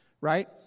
right